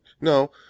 no